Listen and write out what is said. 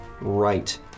right